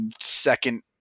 second